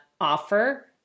offer